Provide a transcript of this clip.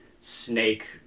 snake